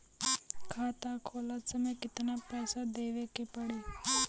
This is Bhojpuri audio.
खाता खोलत समय कितना पैसा देवे के पड़ी?